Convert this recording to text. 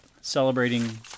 celebrating